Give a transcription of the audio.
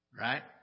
right